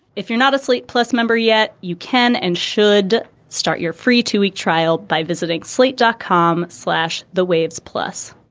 if you're not a slate plus member yet, you can and should start your free two week trial by visiting slate dot com. slash the waves plus.